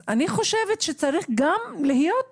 אני חושבת שצריך גם להיות מציאותיים.